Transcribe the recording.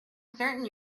certain